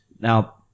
Now